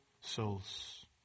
souls